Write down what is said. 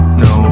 no